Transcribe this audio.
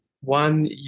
one